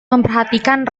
memperhatikan